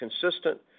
consistent